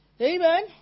Amen